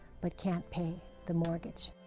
but can't pay the mortgage.